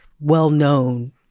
well-known